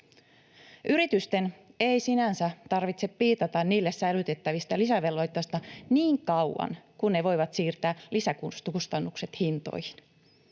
Yritysten ei sinänsä tarvitse piitata niille sälytettävistä lisävelvoitteista niin kauan kuin ne voivat siirtää lisäkustannukset hintoihin.